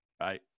right